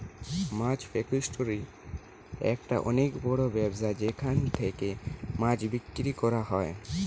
মাছ ফাসিকটোরি একটা অনেক বড় ব্যবসা যেখান থেকে মাছ বিক্রি করা হয়